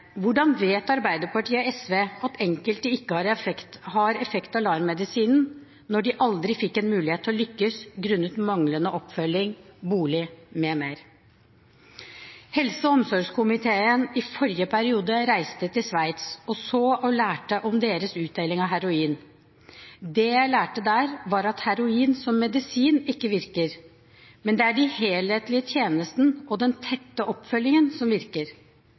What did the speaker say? Hvordan vet Arbeiderpartiet og SV at enkelte ikke har effekt av LAR-medisinen, når de aldri fikk en mulighet til å lykkes grunnet manglende oppfølging, bolig, m.m.? Helse- og omsorgskomiteen reiste i forrige periode til Sveits og så og lærte om deres utdeling av heroin. Det jeg lærte der, var at heroin som medisin ikke virker, men at det er de helhetlige tjenestene og den tette oppfølgingen som virker.